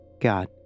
God